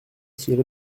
tiré